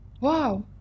wow